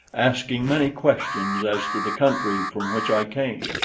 asking many questions as to the country from which i came,